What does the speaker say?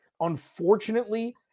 unfortunately